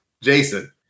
Jason